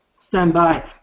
standby